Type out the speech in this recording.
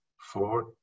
four